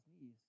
knees